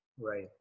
Right